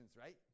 right